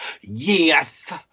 Yes